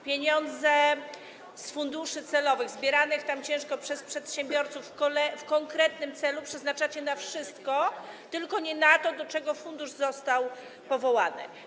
Pieniądze z funduszy celowych zbierane tam ciężko, z trudem przez przedsiębiorców w konkretnym celu przeznaczacie na wszystko, tylko nie na to, do czego fundusz został powołany.